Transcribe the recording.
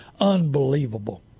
Unbelievable